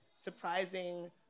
surprising